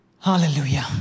Hallelujah